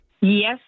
Yes